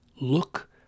look